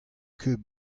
ket